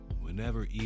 whenever